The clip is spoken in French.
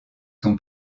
son